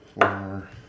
Four